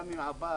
גם עם עבאס,